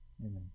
Amen